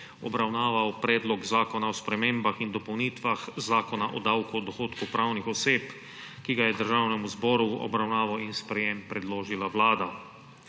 obravnaval Predlog zakona o spremembah in dopolnitvah Zakona o davku od dohodkov pravnih oseb, ki ga je Državnemu zboru v obravnavo in sprejem predložila Vlada.